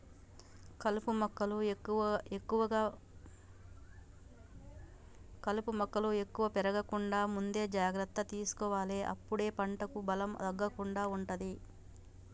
కలుపు మొక్కలు ఎక్కువ పెరగకుండా ముందే జాగ్రత్త తీసుకోవాలె అప్పుడే పంటకు బలం తగ్గకుండా ఉంటది